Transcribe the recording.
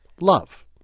love